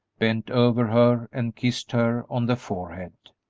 bent over her and kissed her on the forehead.